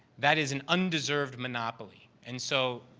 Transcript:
that is an undeserved monopoly. and so,